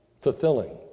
fulfilling